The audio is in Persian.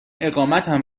اقامتم